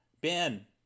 ben